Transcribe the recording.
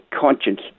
conscience